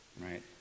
right